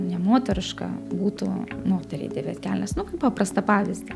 nemoteriška būtų moteriai dėvėt kelnes nu kaip paprastą pavyzdį